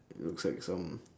it looks like some